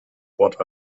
what